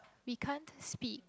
we can't speak